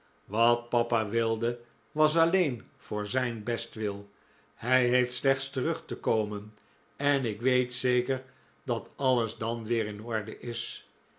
wat papa wilde was alleen voor zijn bestwil hij heeft slechts terug te komen en ik weet zeker dat alles dan weer in orde is